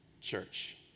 church